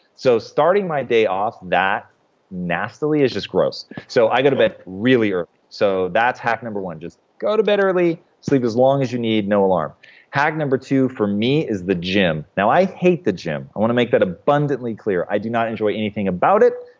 so starting my day off that nastily is just gross. so i go to bed really early. so that's hack number one. just go to bed early sleep as long as you need, no alarm hack number two for me is the gym. now, i hate the gym. i want to make that abundantly clear. i do not enjoy anything about it.